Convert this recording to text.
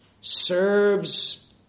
serves